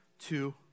two